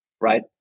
right